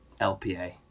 LPA